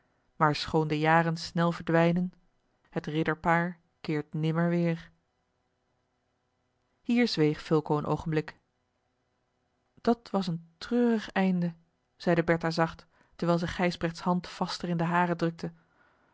maar schoon de jaren snel verdwijnen het ridderpaar keert nimmer weer hier zweeg fulco een oogenblik dat was een treurig einde zeide bertha zacht terwijl ze gijsbrechts hand vaster in de hare drukte